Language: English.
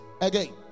again